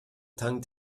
tankt